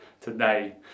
today